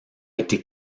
été